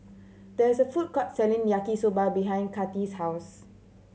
there's a food court selling Yaki Soba behind Cathi's house